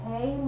Hey